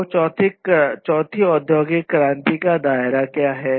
तो चौथी औद्योगिक क्रांति का दायरा क्या है